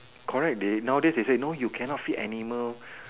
correct they nowadays they said no you can not feed animal